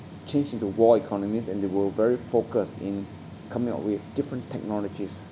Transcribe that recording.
change into war economies and they were very focused in coming up with different technologies